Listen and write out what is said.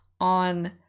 on